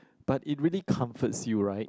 but it really comforts you right